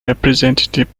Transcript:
representative